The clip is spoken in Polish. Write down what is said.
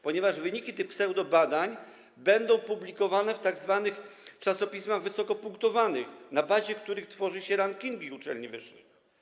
Ponieważ wyniki tych pseudobadań będą publikowane w tzw. czasopismach wysoko punktowanych, na bazie których tworzy się rankingi uczelni wyższych.